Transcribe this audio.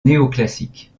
néoclassique